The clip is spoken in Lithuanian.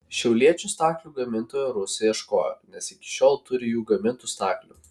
šiauliečių staklių gamintojų rusai ieškojo nes iki šiol turi jų gamintų staklių